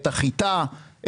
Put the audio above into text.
את החיטה,